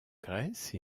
grèce